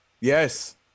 Yes